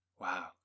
Wow